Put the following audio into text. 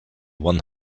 one